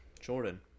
Jordan